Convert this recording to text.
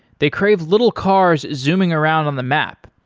they crave little cars zooming around on the map.